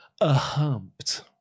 A-humped